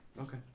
Okay